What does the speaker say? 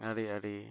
ᱟᱹᱰᱤᱼᱟᱹᱰᱤ